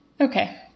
okay